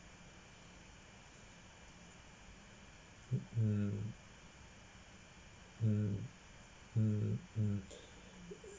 mm mm mm mm mm